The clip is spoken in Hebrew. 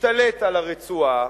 להשתלט על הרצועה,